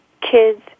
kids